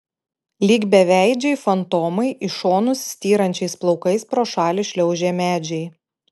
lyg beveidžiai fantomai į šonus styrančiais plaukais pro šalį šliaužė medžiai